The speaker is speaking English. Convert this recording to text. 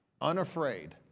unafraid